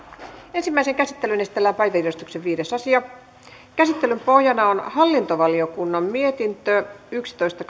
ensimmäiseen käsittelyyn esitellään päiväjärjestyksen viides asia käsittelyn pohjana on hallintovaliokunnan mietintö yksitoista